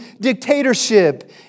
dictatorship